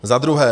Za druhé.